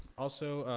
also,